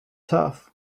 tough